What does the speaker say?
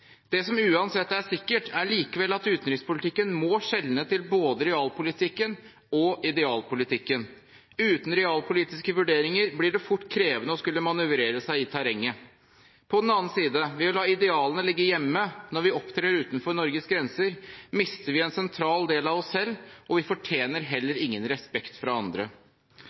Det som uansett er sikkert, er likevel at utenrikspolitikken må skjele til både realpolitikken og idealpolitikken. Uten realpolitiske vurderinger blir det fort krevende å skulle manøvrere seg i terrenget. På den annen side: Ved å la idealene ligge hjemme når vi opptrer utenfor Norges grenser, mister vi en sentral del av oss selv, og vi fortjener heller ingen respekt fra andre.